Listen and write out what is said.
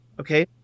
Okay